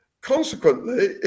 consequently